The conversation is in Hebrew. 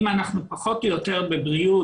שאם אנחנו פחות או יותר בבריאות,